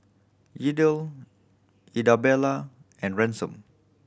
Yadiel Idabelle and Ransom